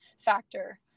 factor